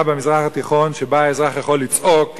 במזרח התיכון שבה האזרח יכול לצעוק,